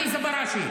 עליזה בראשי.